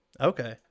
okay